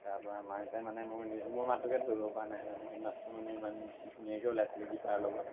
তাৰপৰা মাহঁতে মানে মোৰ নি মোৰ মাতটোকে ধৰিব পৰা নাই মানে সেই মাতটো মানে ইমান ধুনীয়াকৈ ওলাইছিলে গীটাৰৰ লগত